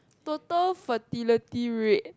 turtle fertility rate